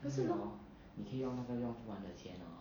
因为 hor 你可以用那个用不完的钱 hor